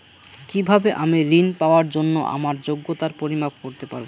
কিভাবে আমি ঋন পাওয়ার জন্য আমার যোগ্যতার পরিমাপ করতে পারব?